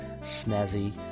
snazzy